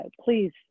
please